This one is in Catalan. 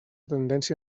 tendència